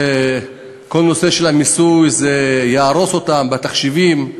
שכל נושא המיסוי יהרוס אותם בתחשיבים,